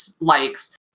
likes